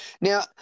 Now